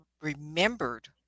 remembered